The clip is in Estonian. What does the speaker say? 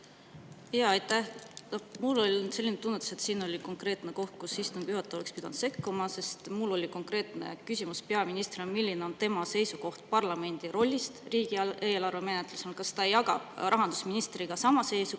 kohta. Mul on selline tunne, et siin oli konkreetne koht, kus istungi juhataja oleks pidanud sekkuma, sest mul oli konkreetne küsimus peaministrile, et milline tema seisukoht parlamendi rollist riigieelarve menetluses on, kas ta jagab rahandusministriga sama seisukohta.